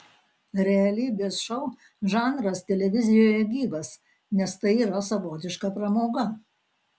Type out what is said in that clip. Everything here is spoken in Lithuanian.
realybės šou žanras televizijoje gyvas nes tai yra savotiška pramoga